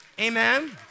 Amen